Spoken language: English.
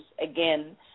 again